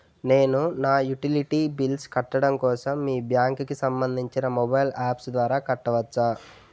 నేను నా utility bills కట్టడం కోసం మీ బ్యాంక్ కి సంబందించిన మొబైల్ అప్స్ ద్వారా కట్టవచ్చా?